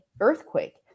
earthquake